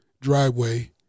driveway